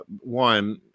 One